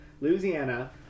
Louisiana